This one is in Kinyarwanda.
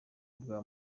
bwa